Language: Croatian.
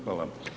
Hvala.